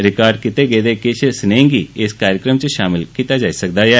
record कीते गेदे किश संदेशें गी इस प्रोग्राम च शामिल कीता जाई सकदा ऐ